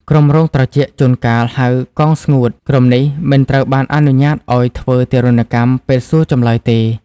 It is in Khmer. ក្រុមរងត្រជាក់ (ជួនកាលហៅ កងស្ងួត) ក្រុមនេះ មិនត្រូវបានអនុញ្ញាតឱ្យធ្វើទារុណកម្ម ពេលសួរចម្លើយទេ។